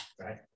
right